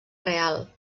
real